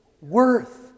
worth